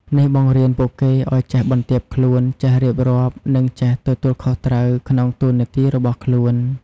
នេះបង្រៀនពួកគេឲ្យចេះ បន្ទាបខ្លួន ចេះរៀបរាប់ និងចេះទទួលខុសត្រូវ ក្នុងតួនាទីរបស់ខ្លួន។